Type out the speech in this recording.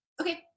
okay